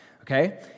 okay